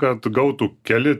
kad gautų keli